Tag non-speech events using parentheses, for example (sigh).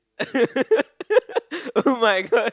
(laughs) [oh]-my-god